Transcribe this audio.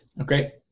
Okay